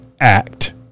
act